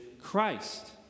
Christ